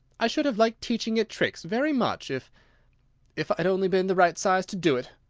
i should have liked teaching it tricks very much, if if i'd only been the right size to do it!